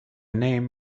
name